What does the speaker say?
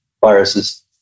viruses